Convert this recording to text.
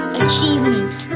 achievement